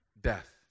death